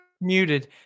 Muted